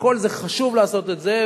זה חשוב לעשות את כל זה,